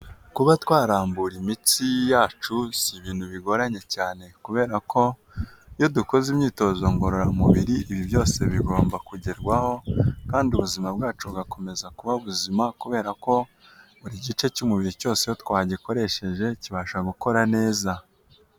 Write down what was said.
Kuba twarambura imitsi yacu si ibintu bigoranye cyane, kubera ko iyo dukoze imyitozo ngororamubiri ibi byose bigomba kugerwaho, kandi ubuzima bwacu bugakomeza kuba buzima kubera ko buri gice cy'umubiri cyose twagikoresheje kibasha gukora neza.